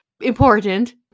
important